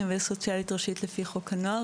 אני עובדת סוציאלית ראשית לפי חוק הנוער